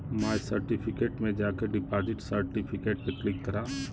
माय certificate में जाके deposit certificate पे क्लिक करा